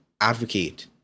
advocate